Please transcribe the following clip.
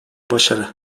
başarı